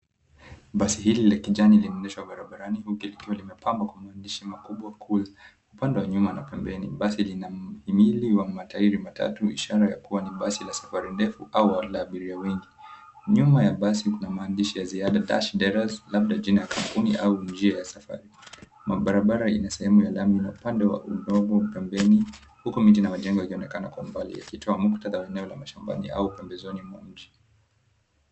Basi hili la kijani linaendeshwa barabarani huku likiwa limepambwa kwa maandishi Cool. Upande wa nyuma na pembeni basi linauhimili wa matairi matatu ishara ya kua ni basi la safari ndefu au la abiria wengi. Nyuma ya basi kuna maandishi ya ziada Dash Deraz labda jina ya kampuni au njia ya safari. Mabarabara ina sehemu ya lami upande wa udongo pembeni huku miti na majengo yakionekana kwa umbali yakitoa muktadha wa eneo la mashambani au pembezoni mwa mji.